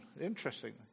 Interesting